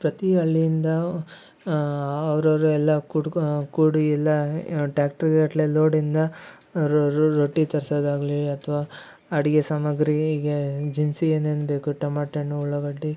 ಪ್ರತಿ ಹಳ್ಳಿಯಿಂದ ಅವ್ರವರೆಲ್ಲ ಕೂಡ್ಕೊ ಕೂಡಿ ಎಲ್ಲಾ ಟ್ರ್ಯಾಕ್ಟರ್ಗಟ್ಟಲೆ ಲೋಡಿಂದ ರೊ ರೊಟ್ಟಿ ತರ್ಸೋದಾಗಲಿ ಅಥ್ವಾ ಅಡುಗೆ ಸಾಮಾಗ್ರಿಗೆ ದಿನ್ಸಿ ಏನೇನು ಬೇಕು ಟೊಮ್ಯಾಟೊ ಹಣ್ಣು ಉಳ್ಳಾಗಡ್ಡಿ